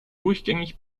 durchgängig